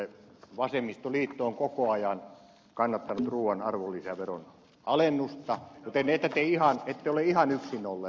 vasemmistoliitto on koko ajan kannattanut ruuan arvonlisäveron alennusta joten ette te ole ihan yksin olleet